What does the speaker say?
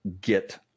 get